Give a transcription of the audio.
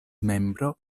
membro